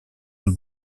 une